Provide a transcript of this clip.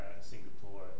Singapore